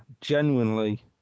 genuinely